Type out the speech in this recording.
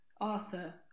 Arthur